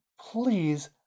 please